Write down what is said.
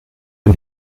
den